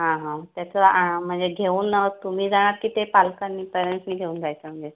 हां हां त्याचं म्हणजे घेऊन तुम्ही जाणार की ते पालकांनी पेरेंट्सनी घेऊन जायचं म्हणजे